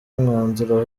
umwanzuro